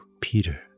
Peter